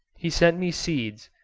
he sent me seeds,